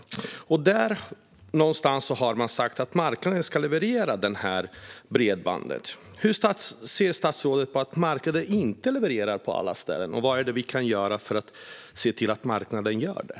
Man säger att det är marknaden som ska leverera bredbandet. Hur ser statsrådet på att marknaden inte levererar på alla ställen? Vad kan vi göra för att se till att marknaden gör det?